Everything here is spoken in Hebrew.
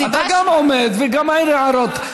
אתה גם עומד וגם מעיר הערות.